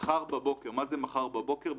מחר בבוקר מה זה מחר בבוקר?